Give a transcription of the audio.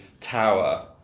Tower